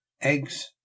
eggs